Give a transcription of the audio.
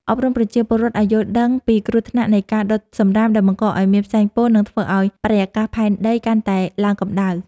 អប់រំប្រជាពលរដ្ឋឱ្យយល់ដឹងពីគ្រោះថ្នាក់នៃការដុតសំរាមដែលបង្កឱ្យមានផ្សែងពុល និង ធ្វើឱ្យបរិយាកាសផែនដីកាន់តែឡើងកម្ដៅ។